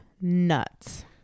nuts